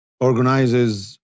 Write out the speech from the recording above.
organizes